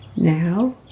Now